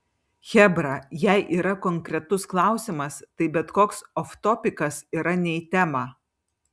chebra jei yra konkretus klausimas tai bet koks oftopikas yra ne į temą